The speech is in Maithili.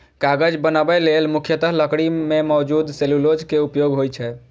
कागज बनबै लेल मुख्यतः लकड़ी मे मौजूद सेलुलोज के उपयोग होइ छै